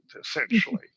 essentially